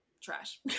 trash